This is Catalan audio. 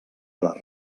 les